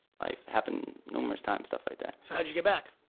life happened numerous times, stuff like that. so how'd you get back?